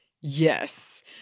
Yes